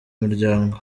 muryango